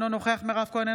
אינו נוכח מירב כהן,